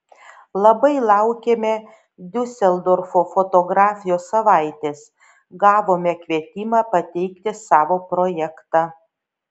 labai laukiame diuseldorfo fotografijos savaitės gavome kvietimą pateikti savo projektą